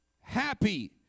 happy